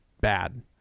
bad